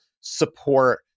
support